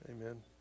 Amen